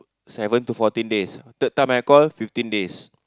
seven to fourteen days third time I call fifteen days